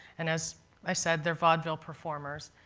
and as i said they're vaudeville performers.